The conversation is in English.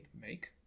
make